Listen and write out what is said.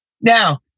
now